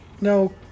No